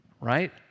right